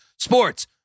Sports